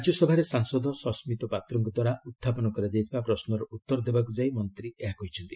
ରାଜ୍ୟସଭାରେ ସାଂସଦ ସସ୍କିତ ପାତ୍ରଙ୍କ ଦ୍ୱାରା ଉହ୍ଚାପନ କରାଯାଇଥିବା ପ୍ରଶ୍ୱର ଉତ୍ତର ଦେବାକୁ ଯାଇ ମନ୍ତ୍ରୀ ଏହା କହିଛନ୍ତି